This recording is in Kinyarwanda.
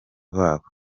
babo